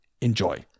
enjoy